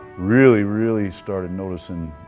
really, really started noticing